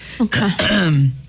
Okay